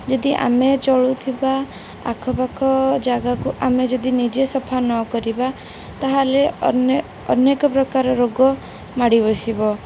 ଯଦି ଆମେ ଚଳୁଥିବା ଆଖପାଖ ଜାଗାକୁ ଆମେ ଯଦି ନିଜେ ସଫା ନ କରିବା ତାହେଲେ ଅନେକ ପ୍ରକାର ରୋଗ ମାଡ଼ି ବସିବ